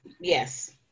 Yes